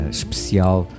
especial